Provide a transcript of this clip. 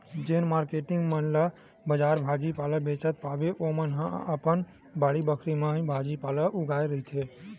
जेन मारकेटिंग मन ला बजार भाजी पाला बेंचत पाबे ओमन ह अपन बाड़ी बखरी म ही भाजी पाला ल उगाए रहिथे